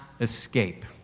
escape